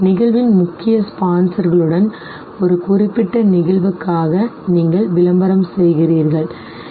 நிகழ்வின் முக்கிய ஸ்பான்சர்களுடன் ஒரு குறிப்பிட்ட நிகழ்வுக்காக நீங்கள் விளம்பரம் செய்கிறீர்கள் சரி